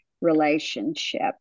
relationship